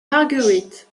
marguerite